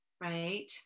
right